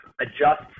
adjust